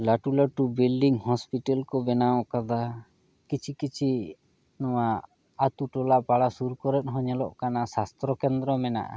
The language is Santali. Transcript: ᱞᱟᱹᱴᱩ ᱞᱟᱹᱴᱩ ᱵᱤᱞᱰᱤᱝ ᱦᱳᱥᱯᱤᱴᱟᱞ ᱠᱚ ᱵᱮᱱᱟᱣ ᱟᱠᱟᱫᱟ ᱠᱤᱪᱷᱤ ᱠᱤᱪᱷᱤ ᱱᱚᱣᱟ ᱟᱛᱳ ᱴᱚᱞᱟ ᱯᱟᱲᱟ ᱥᱩᱨ ᱠᱚᱨᱮᱫ ᱦᱚᱸ ᱧᱮᱞᱚᱜ ᱥᱟᱥᱛᱨᱚ ᱠᱮᱱᱫᱨᱚ ᱢᱮᱱᱟᱜᱼᱟ